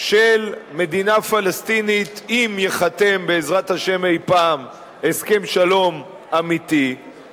של מדינה פלסטינית אם ייחתם בעזרת השם אי-פעם הסכם שלום אמיתי,